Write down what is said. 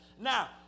Now